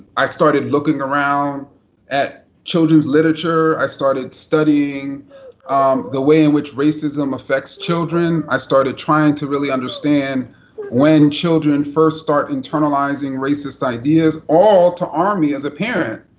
i started looking around at children's literature. i started studying the way which racism affects children. i started trying to really understand when children first start internalizing racist ideas. all to arm me as a parent